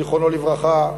זיכרונו לברכה,